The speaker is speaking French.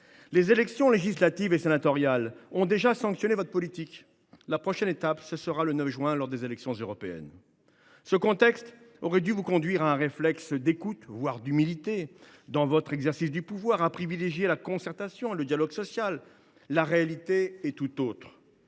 Les élections législatives et sénatoriales ont déjà sanctionné votre politique. La prochaine étape sera le 9 juin, à l’occasion des élections européennes. Le contexte aurait dû vous conduire à avoir un réflexe d’écoute, voire d’humilité, dans votre exercice du pouvoir et à privilégier la concertation, le dialogue social. La réalité est tout autre